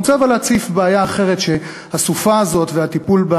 אבל אני רוצה להציף בעיה אחרת שהסופה הזאת והטיפול בה